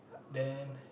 then